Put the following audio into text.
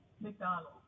McDonald's